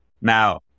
Now